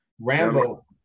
Rambo